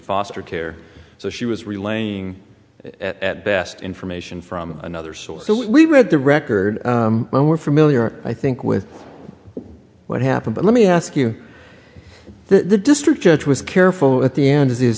foster care so she was relaying at best information from another source so we read the record well we're familiar i think with what happened but let me ask you the district judge was careful at the end